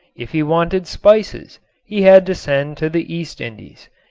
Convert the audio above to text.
if he wanted spices he had to send to the east indies.